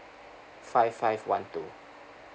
five five one two